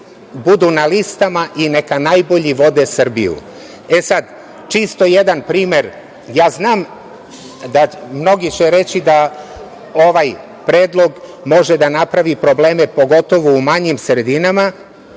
budu na listama i neka najbolji vode Srbiju. Jedan primer, znam da će mnogi reći da ovaj predlog može da napravi probleme pogotovo u manjim sredinama